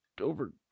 over